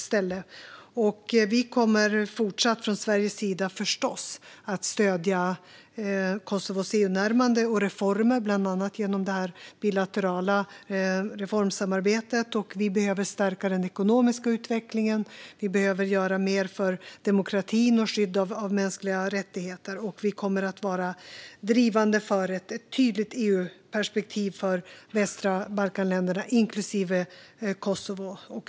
Från Sveriges sida kommer vi förstås även i fortsättningen att stödja Kosovos EU-närmande och reformer, bland annat genom det bilaterala reformsamarbetet. Vi behöver stärka den ekonomiska utvecklingen och göra mer för demokratin och skyddet av mänskliga rättigheter. Vi kommer att vara drivande för ett tydligt EU-perspektiv för de västra Balkanländerna, inklusive Kosovo.